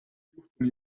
juhtumi